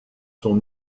sont